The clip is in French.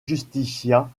justifia